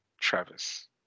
Travis